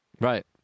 Right